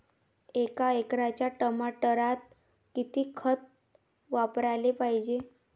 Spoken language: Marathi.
एका एकराच्या टमाटरात किती खत वापराले पायजे?